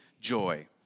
joy